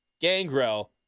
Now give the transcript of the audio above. Gangrel